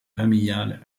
familiale